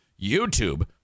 YouTube